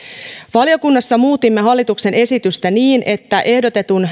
valiokunnassa muutimme hallituksen esitystä niin että ehdotetun